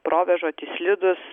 provėžoti slidūs